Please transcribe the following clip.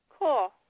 Cool